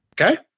Okay